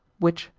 which,